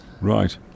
right